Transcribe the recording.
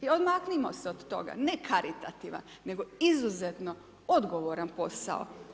I odmaknimo se od toga, ne karitativan, nego izuzetno odgovoran posao.